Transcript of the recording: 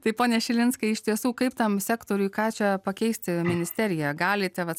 tai pone šilinskai iš tiesų kaip tam sektoriui ką čia pakeisti ministerija galite vat